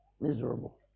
miserable